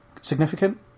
significant